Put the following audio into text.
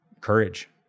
courage